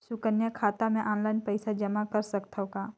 सुकन्या खाता मे ऑनलाइन पईसा जमा कर सकथव का?